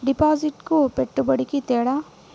డిపాజిట్కి పెట్టుబడికి తేడా?